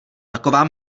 taková